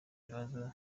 ibibazo